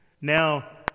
Now